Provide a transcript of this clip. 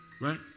right